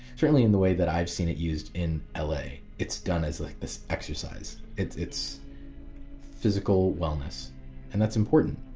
certainly in the way that i've seen it used in ah la it's done as like this exercise. it's it's physical wellness and that's important.